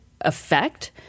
effect